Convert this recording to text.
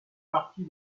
partie